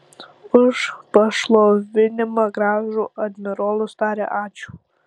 už pašlovinimą gražų admirolas taria ačiū